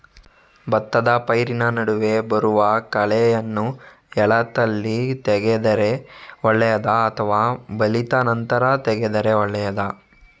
ಭತ್ತದ ಪೈರಿನ ನಡುವೆ ಬರುವ ಕಳೆಯನ್ನು ಎಳತ್ತಲ್ಲಿ ತೆಗೆದರೆ ಒಳ್ಳೆಯದಾ ಅಥವಾ ಬಲಿತ ನಂತರ ತೆಗೆದರೆ ಒಳ್ಳೆಯದಾ?